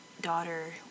daughter